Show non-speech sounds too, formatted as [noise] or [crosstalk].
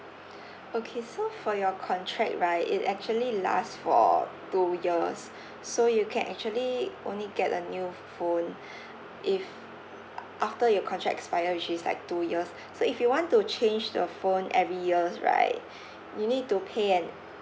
okay so for your contract right it actually last for two years so you can actually only get a new ph~ phone if [noise] after your contract expire which is like two years so if you want to change the phone every years right you need to pay an